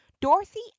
dorothy